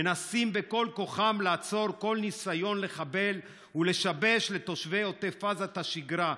מנסים בכל כוחם לעצור כל ניסיון לחבל ולשבש לתושבי עוטף עזה את השגרה,